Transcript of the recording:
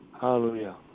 Hallelujah